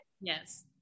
Yes